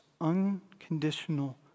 unconditional